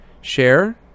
share